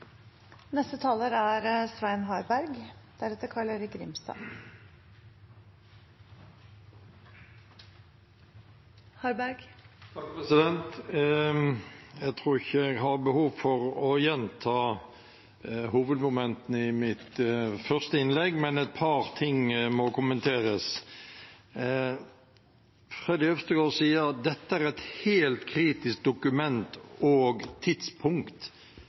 Jeg tror ikke jeg har behov for å gjenta hovedmomentene i mitt første innlegg, men et par ting må kommenteres. Freddy André Øvstegård sier at dette er et helt kritisk dokument og tidspunkt.